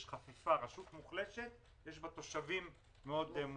יש חפיפה: רשות מוחלשת יש בה תושבים מאוד מוחלשים,